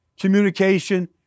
communication